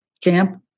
camp